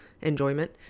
enjoyment